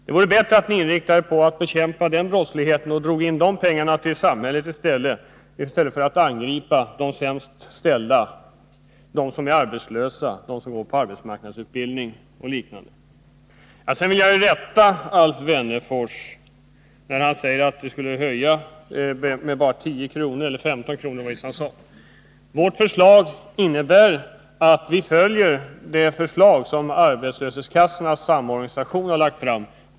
Det vore bättre att ni inriktade er på att bekämpa denna brottslighet och på att dra in de pengar till samhället som undanhålls genom den i stället för att angripa de sämst ställda, de arbetslösa, de människor som genomgår arbetsmarknadsutbildning o. d. Sedan vill jag rätta Alf Wennerfors på en punkt, när han sade att vi vill höja det kontanta arbetsmarknadsstödet med 10 eller 15 kr. Vårt förslag följer det förslag som arbetslöshetskassornas samorganisation har lagt fram.